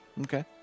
Okay